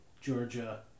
Georgia